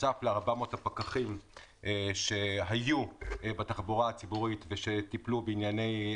בנוסף ל-400 הפקחים שהיו בתחבורה הציבורית וטיפלו בענייני